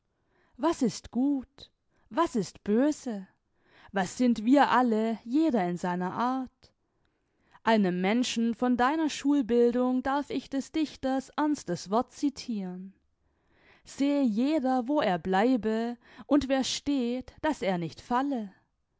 was ist gut was ist böse was sind wir alle jeder in seiner art einem menschen von deiner schulbildung darf ich des dichters ernstes wort citiren sehe jeder wo er bleibe und wer steht daß er nicht falle